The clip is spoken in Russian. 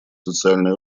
социальной